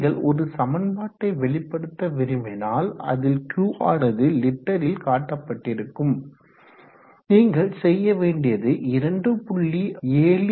நீங்கள் ஒரு சமன்பாட்டை வெளிப்படுத்த விரும்பினால் அதில் Q ஆனது லிட்டரில் காட்டப்பட்டிருக்கும் நீங்கள் செய்ய வேண்டியது 2